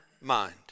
mind